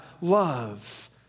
love